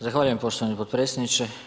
Zahvaljujem poštovani podpredsjedniče.